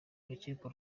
urukiko